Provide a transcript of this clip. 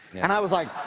and i was like,